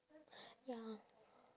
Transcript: ya